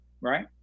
right